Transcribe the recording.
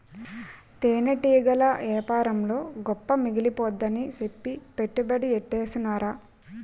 తేనెటీగల యేపారంలో గొప్ప మిగిలిపోద్దని సెప్పి పెట్టుబడి యెట్టీసేనురా